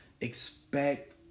expect